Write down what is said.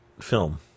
film